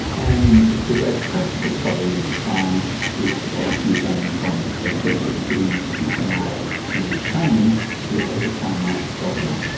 and the great practical problem at the time which was youth unemployment, so various schemes to try to use training to overcome that problem.